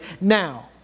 now